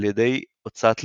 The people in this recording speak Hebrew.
על ידי הוצאת לדורי.